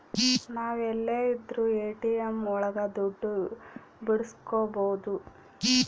ನಾವ್ ಎಲ್ಲೆ ಇದ್ರೂ ಎ.ಟಿ.ಎಂ ಒಳಗ ದುಡ್ಡು ಬಿಡ್ಸ್ಕೊಬೋದು